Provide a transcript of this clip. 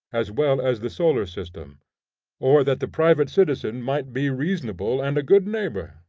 as well as the solar system or that the private citizen might be reasonable and a good neighbor,